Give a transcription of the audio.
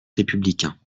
républicain